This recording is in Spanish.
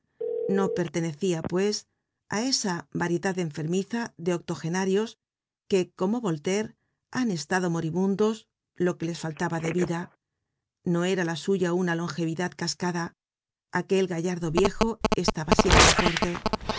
no pertenecia pues á esa variedad enfermiza de octogenarios que como voltaire han estado moribundos lo que les faltaba de vida no era la suya una longevidad cascada aquel gallardo viejo estaba siempre fuerte